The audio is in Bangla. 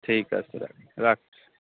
ঠিক আছে রাখ রাখছি